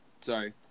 sorry